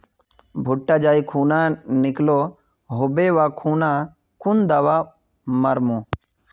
भुट्टा जाई खुना निकलो होबे वा खुना कुन दावा मार्मु?